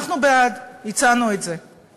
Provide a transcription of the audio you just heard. אנחנו בעד, הצענו את זה.